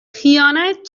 خیانت